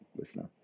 listener